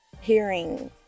hearing